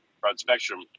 broad-spectrum